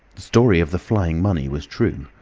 story of the flying money was true.